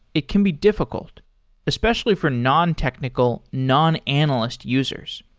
it can be difficult especially for nontechnical, non-analyst users.